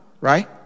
right